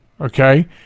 Okay